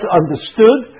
understood